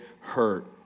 hurt